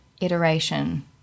iteration